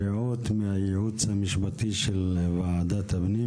רעות מהייעוץ המשפטי של ועדת הפנים,